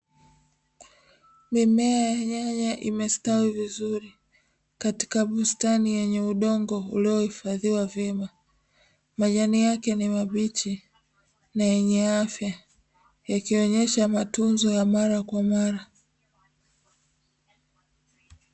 Mimea ya nyanya imestawi vizuri, katika bustani yenye udongo uliohifadhiwa vyema. Majani yake ni mabichi na yenye afya, yakionyesha matunzo ya mara kwa mara.